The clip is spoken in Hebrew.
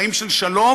חיים של שלום,